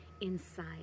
inside